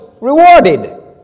rewarded